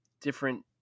different –